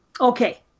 Okay